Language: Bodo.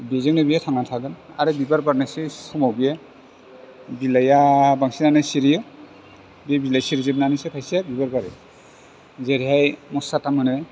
बेजोंनो बेयो थांनानै थागोन आरो बिबार बारनोसै समाव बियो बिलाइया बांसिनानो सिरियो बे बिलाइया सिरिजोबनानैसो खायसे बिबार बारो जेरैहाय मुसाथाम होनो